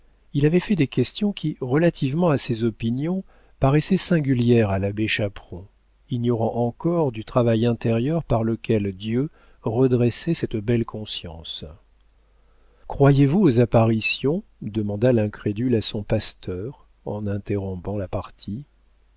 il avait fait des questions qui relativement à ses opinions paraissaient singulières à l'abbé chaperon ignorant encore du travail intérieur par lequel dieu redressait cette belle conscience croyez-vous aux apparitions demanda l'incrédule à son pasteur en interrompant la partie